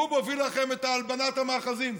והוא מוביל לכם את הלבנת המאחזים.